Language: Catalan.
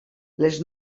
les